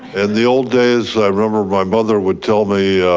and the old days i remember my mother would tell me,